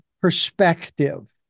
perspective